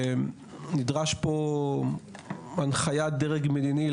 נדרשת פה הנחיית דרג מדיני,